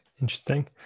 Interesting